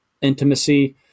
intimacy